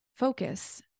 focus